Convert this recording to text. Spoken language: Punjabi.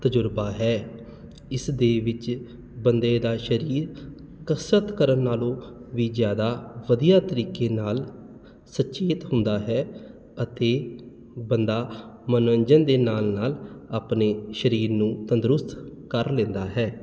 ਤਜ਼ਰਬਾ ਹੈ ਇਸ ਦੇ ਵਿੱਚ ਬੰਦੇ ਦਾ ਸਰੀਰ ਕਸਰਤ ਕਰਨ ਨਾਲੋਂ ਵੀ ਜ਼ਿਆਦਾ ਵਧੀਆ ਤਰੀਕੇ ਨਾਲ ਸਚੇਤ ਹੁੰਦਾ ਹੈ ਅਤੇ ਬੰਦਾ ਮਨੋਰੰਜਨ ਦੇ ਨਾਲ ਨਾਲ ਆਪਣੇ ਸਰੀਰ ਨੂੰ ਤੰਦਰੁਸਤ ਕਰ ਲੈਂਦਾ ਹੈ